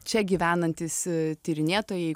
čia gyvenantys tyrinėtojai